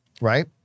right